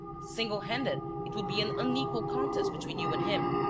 single-handed, it would be an unequal contest between you and him.